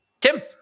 Tim